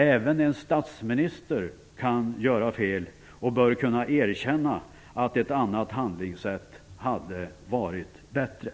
Även en statsminister kan göra fel och bör kunna erkänna att ett annat handlingssätt hade varit bättre.